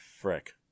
frick